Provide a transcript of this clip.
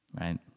right